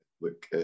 look